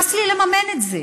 נמאס לי לממן את זה,